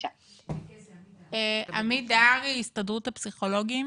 עמית דהרי, הסתדרות הפסיכולוגים.